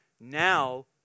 Now